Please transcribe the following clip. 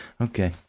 Okay